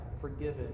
forgiven